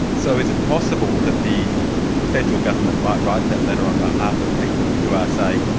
so is it possible that the federal government might write that letter on behalf of people who are, say,